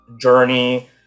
journey